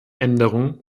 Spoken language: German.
änderung